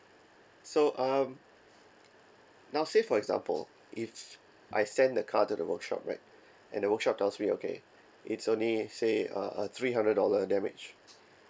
so um now say for example if I send the car to the workshop right and the workshop tells me okay it's only say a a three hundred dollar damage